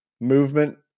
movement